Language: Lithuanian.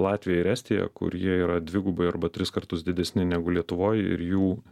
latviją ir estiją kur jie yra dvigubai arba tris kartus didesni negu lietuvoj ir jų